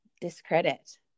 discredit